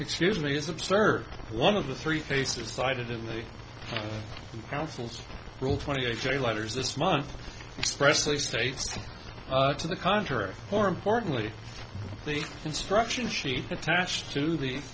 excuse me is absurd one of the three faces cited in the council's rule twenty eight j letters this month expressly states to the contrary more importantly the instruction sheet attached to the